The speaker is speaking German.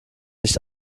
nicht